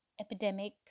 epidemic